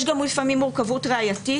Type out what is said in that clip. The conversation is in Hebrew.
יש גם לפעמים מורכבות ראייתית.